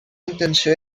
intenció